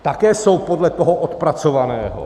Také jsou podle toho odpracovaného.